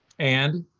and?